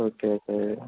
okay okay